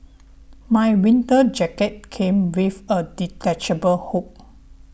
my winter jacket came with a detachable hood